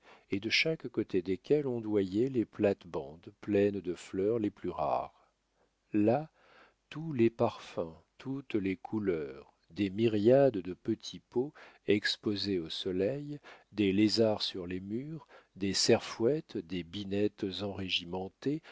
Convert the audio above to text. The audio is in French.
et de chaque côté desquelles ondoyaient les plates-bandes pleines des fleurs les plus rares là tous les parfums toutes les couleurs des myriades de petits pots exposés au soleil des lézards sur les murs des serfouettes des binettes enrégimentées